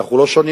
אנחנו לא שונים,